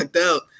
out